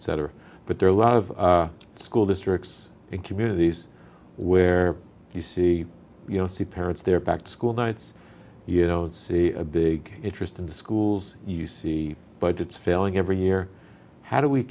etc but there are a lot of school districts and communities where you see you know see parents there back to school nights you know it's a big interest in the schools you see but it's failing every year how do we